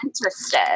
interested